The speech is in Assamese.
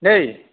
দেই